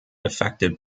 affected